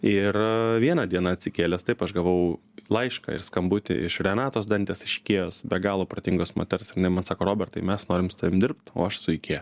ir vieną dieną atsikėlęs taip aš gavau laišką ir skambutį iš renatos dantės iš ikėjos be galo protingos moters jinai man sako robertai mes norim su tavim dirbt o aš su ikea